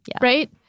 Right